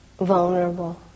vulnerable